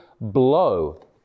blow